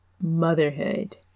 motherhood